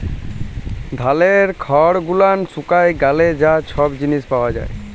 ধালের খড় গুলান শুকায় গ্যালে যা ছব জিলিস পাওয়া যায়